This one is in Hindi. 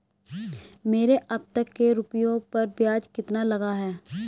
मेरे अब तक के रुपयों पर ब्याज कितना लगा है?